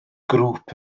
grŵp